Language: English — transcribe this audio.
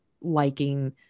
liking